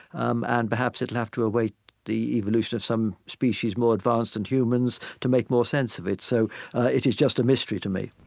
um and perhaps it will have to await the evolution of some species more advanced than humans to make more sense of it. so it is just a mystery to me